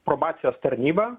probacijos tarnyba